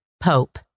Pope